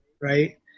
right